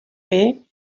bay